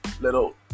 little